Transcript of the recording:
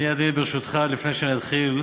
ברשותך, לפני שאני אתחיל,